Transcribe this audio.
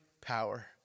power